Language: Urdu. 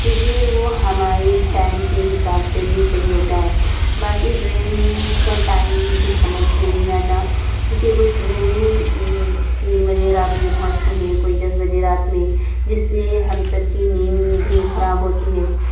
کیونکہ وہ ہماری ٹائم کے حساب سے بھی صحیح ہوتا ہے باقی ٹرین کا ٹائمنگ کچھ سمجھ میں نہیں آتا کیونکہ کچھ ٹرینیں تین بجے رات میں پہنچتی ہیں کوئی دس بجے رات میں جس سے ہم سب کی نیند بھی خراب ہوتی ہے